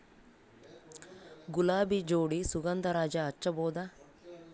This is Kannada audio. ಗುಲಾಬಿ ಜೋಡಿ ಸುಗಂಧರಾಜ ಹಚ್ಬಬಹುದ?